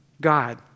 God